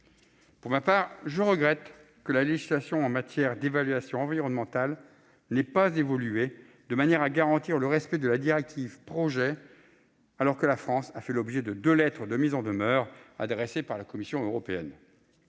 Pour ma part, je regrette que la législation en matière d'évaluation environnementale n'ait pas évolué de manière à garantir le respect de la directive Projets, alors que la France a fait l'objet de deux lettres de mise en demeure adressées par la Commission européenne.